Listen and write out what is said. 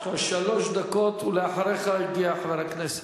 יש לך שלוש דקות, ואחריך, הגיע חבר הכנסת.